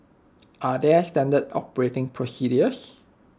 are there standard operating procedures